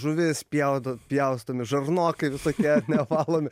žuvis pjauda pjaustomi žarnokai visokie ar ne valomi